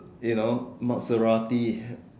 you know Maserati